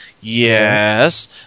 Yes